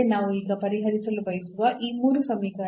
ನಾವು ಈಗ ಪರಿಹರಿಸಲು ಬಯಸುವ ಈ ಮೂರು ಸಮೀಕರಣಗಳು